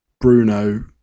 Bruno